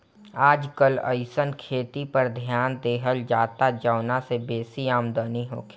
आजकल अइसन खेती पर ध्यान देहल जाता जवना से बेसी आमदनी होखे